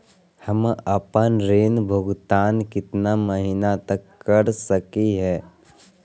हम आपन ऋण भुगतान कितना महीना तक कर सक ही?